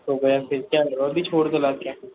तो भैया देखिये वो भी छोड़ के लाऊं क्या